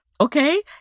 okay